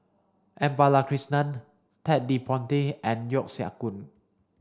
M Balakrishnan Ted De Ponti and Yeo Siak Goon